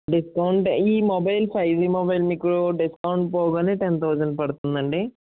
discount ఈ mobile five G mobile మీకు discount పోగానే టెన్ తౌజండ్ పడుతుందండి